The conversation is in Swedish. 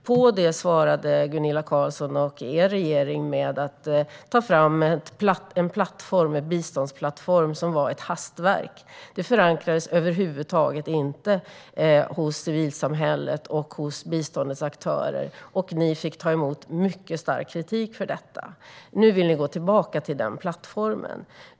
På det svarade Gunilla Carlsson och er regering med att ta fram en biståndsplattform som var ett hastverk. Det förankrades över huvud taget inte hos civilsamhället och biståndets aktörer, och ni fick ta emot mycket stark kritik för detta. Nu vill ni gå tillbaka till den plattformen.